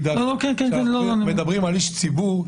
מדברים על איש ציבור?